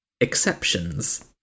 exceptions